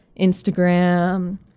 Instagram